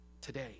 today